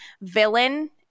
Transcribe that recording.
villain